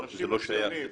זה לא שייך לבינוי.